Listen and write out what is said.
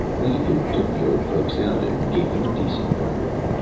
we even took the old folks out and gave them a decent burial.